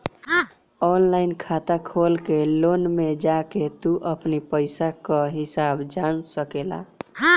online खाता खोल के लोन में जाके तू अपनी पईसा कअ हिसाब जान सकेला